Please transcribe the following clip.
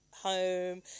home